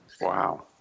wow